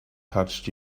touched